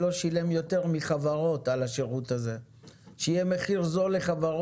עשינו התאמות לשוק הישראלי כדי שייתן את כל המידע